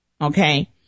okay